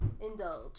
indulge